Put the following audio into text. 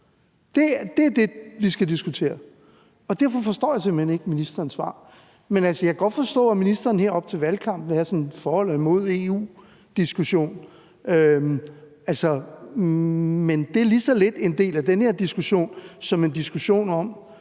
Det er det, vi skal diskutere, og derfor forstår jeg simpelt hen ikke ministerens svar. Jeg kan godt forstå, at ministeren her op til valgkampen vil have en diskussion, der går på, om man er for eller imod EU, men det er lige så lidt en del af den her diskussion som en diskussion om,